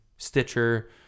Stitcher